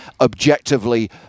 objectively